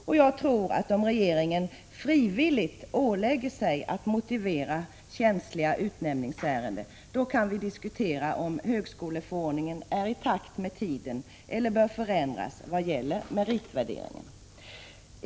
Om regeringen frivilligt ålägger sig att motivera känsliga utnämningsärenden, kan vi diskutera om högskoleförordningen är i pakt med tiden eller om den bör förändras i vad gäller meritvärderingen.